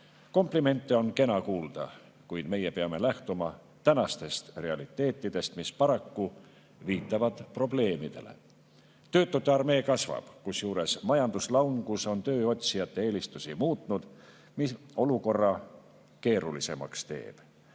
Komplimente on kena kuulda, kuid meie peame lähtuma tänastest realiteetidest, mis paraku viitavad probleemidele. Töötute armee kasvab, kusjuures majanduslangus on tööotsijate eelistusi muutnud ja see teeb olukorra keerulisemaks.